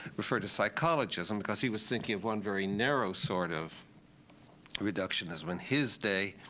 referred to psychologism, because he was thinking of one very narrow sort of reductionism. in his day,